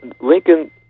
Lincoln